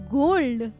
gold